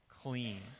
clean